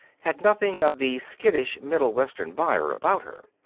had nothing of the skittish middle western buyer about her.